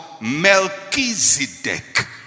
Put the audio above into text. Melchizedek